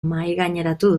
mahaigaineratu